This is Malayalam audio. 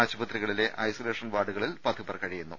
ആശുപത്രികളിലെ ഐസൊലേഷൻ വാർഡുകളിൽ പത്തു പേർ കഴിയുന്നു